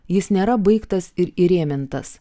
jis nėra baigtas ir įrėmintas